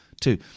two